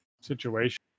situation